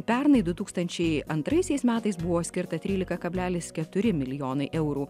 pernai du tūkstančiai antraisiais metais buvo skirta trylika kablelis keturi milijonai eurų